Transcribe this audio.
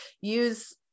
use